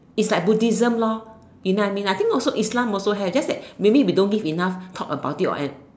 is like Buddhism lor you know what I mean I think also Islam also have just that maybe we don't enough talk about it or anything